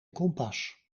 kompas